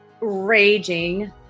raging